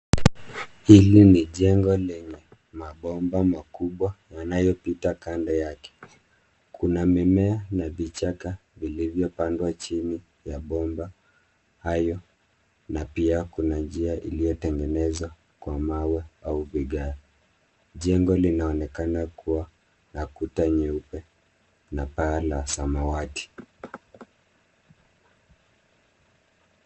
Hili ni jengo lenye mabomba makubwa yanayopita kando yake. Kuna mimea na vichaka vilivyopandwa chini ya bomba hayo na pia kuna njia iliyotengenezwa kwa mawe au vigae. Jengo linaonekana kuwa na kuta nyeupe na paa la samawati.